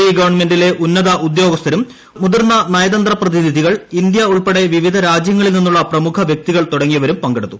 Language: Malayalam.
ഇ ഗവൺമെന്റില്ലെ ഉന്നത ഉദ്യോഗസ്ഥരും മുതിർന്ന നയതന്ത്രപ്രത്യിനിധികൾ ഇന്ത്യ ഉൾപ്പെടെ വിവിധ രാജ്യങ്ങളിൽ നിന്നുളള പ്രിമുഖവൃക്തികൾ തുടങ്ങിയവരും പങ്കെടുത്തു